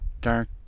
dark